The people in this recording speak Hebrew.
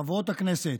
חברות הכנסת,